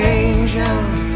angels